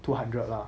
two hundred lah